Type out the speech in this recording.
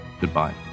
goodbye